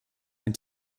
ein